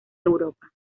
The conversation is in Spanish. europa